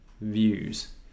views